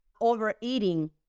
overeating